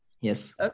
Yes